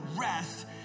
Rest